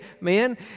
men